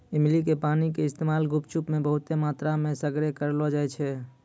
इमली के पानी के इस्तेमाल गुपचुप मे बहुते मात्रामे सगरे करलो जाय छै